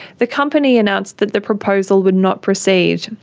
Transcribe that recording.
the company announced the the proposal would not proceed.